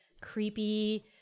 creepy